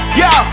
yo